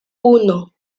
uno